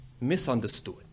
misunderstood